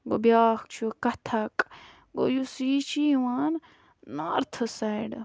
گوٚو بیٛاکھ چھُ کَتھَک گوٚو یُس یہِ چھِ یِوان نارتھ سایڈٕ